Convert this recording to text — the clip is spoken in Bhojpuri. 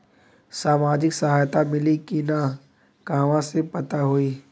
सामाजिक सहायता मिली कि ना कहवा से पता होयी?